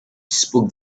spoke